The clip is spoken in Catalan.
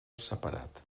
separat